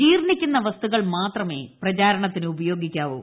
ജീർണ്ണിക്കുന്ന വസ്തുക്കൾ മാത്രമേ പ്രചാരണത്തിന് ഉപയോഗിക്കാവൂ